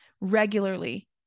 regularly